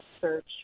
search